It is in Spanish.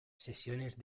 sesiones